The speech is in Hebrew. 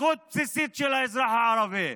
זכות בסיסית של האזרח הערבי.